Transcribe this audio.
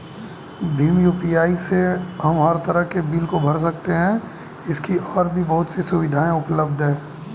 Bhim UPI से हम हर तरह के बिल को भर सकते है, इसकी और भी बहुत सी सुविधाएं उपलब्ध है